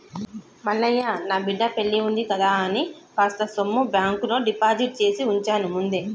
మల్లయ్య నా బిడ్డ పెల్లివుంది కదా అని కాస్త సొమ్ము బాంకులో డిపాజిట్ చేసివుంచాను ముందే